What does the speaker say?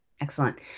Excellent